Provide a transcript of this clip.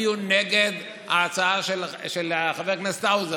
הצביעו נגד ההצעה של חבר הכנסת האוזר.